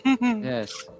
Yes